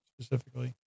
specifically